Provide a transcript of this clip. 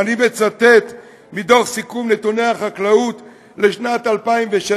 אני מצטט מדוח סיכום נתוני החקלאות לשנת 2016: